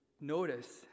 notice